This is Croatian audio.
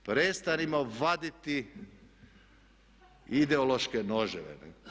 Prestanimo vaditi ideološke noževe.